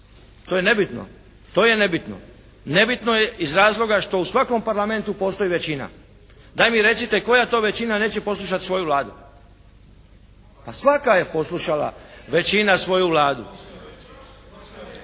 To je nebitno, to je nebitno. Nebitno je iz razloga što u svakom Parlamentu postoji većina. Daj mi recite koja to većina neće poslušati svoju Vladu. Pa svaka je poslušala većina svoju Vladu.